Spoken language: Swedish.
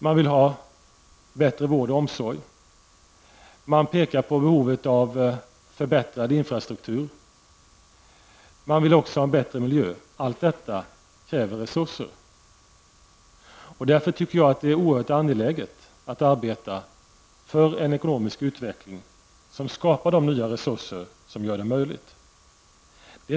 Man vill ha bättre vård och omsorg, man pekar på behovet av förbättrad infrastruktur och man vill också ha en bättre miljö. Allt detta kräver resurser. Därför tycker jag att är det oerhört angeläget att arbeta för en ekonomisk utveckling som skapar de nya resurser som gör det möjligt att uppfylla dessa önskemål.